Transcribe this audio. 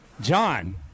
John